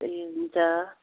ए हुन्छ